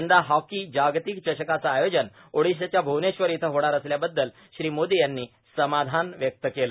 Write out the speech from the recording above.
यंदा हॉकी जागतिक चषकाचं आयोजन ओडिशाच्या भुवनेश्वर इथं होणार असल्याबद्दल श्री मोदी यांनी समाधान व्यक्त केलं